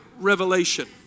Revelation